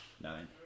nine